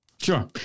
Sure